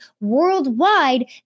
worldwide